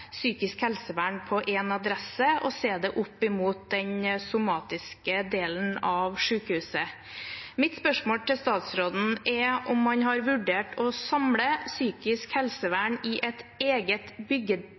psykisk helsevern på én adresse og se det opp imot den somatiske delen av sykehuset. Mitt spørsmål til statsråden er: Har han vurdert å samle psykisk